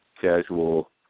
casual